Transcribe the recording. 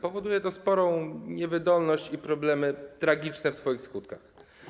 Powoduje to sporą niewydolność i problemy tragiczne w swoich skutkach.